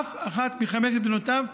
אף אחת מחמש בנותיו,